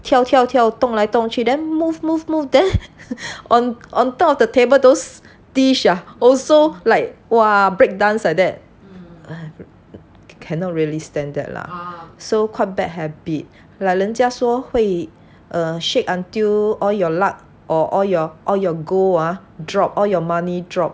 跳跳跳动来动去 then move move move then on on top of the table those dish ah also like !wah! break dance like that cannot really stand that lah so quite bad habit 老人家说会 err shake until all your luck or all your gold ah all your money drop